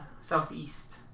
southeast